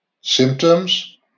symptoms